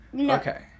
Okay